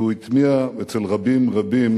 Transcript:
והוא הטמיע אצל רבים רבים